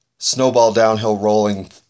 snowball-downhill-rolling